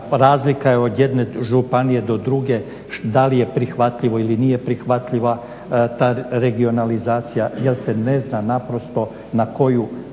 razlika je od jedne županije do druge da li je prihvatljiva ili nije prihvatljiva ta regionalizacija jer se ne zna naprosto na koju